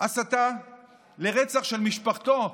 הסתה לרצח של משפחתו,